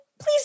please